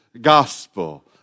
gospel